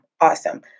Awesome